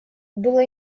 было